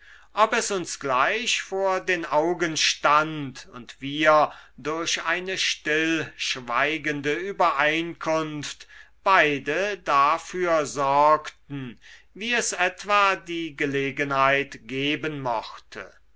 ob es uns gleich vor den augen stand und wir durch eine stillschweigende übereinkunft beide dafür sorgten wie es etwa die gelegenheit geben mochte